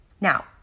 Now